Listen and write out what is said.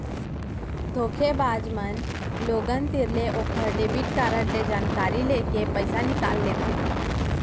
धोखेबाज बाज मन लोगन तीर ले ओकर डेबिट कारड ले जानकारी लेके पइसा निकाल लेथें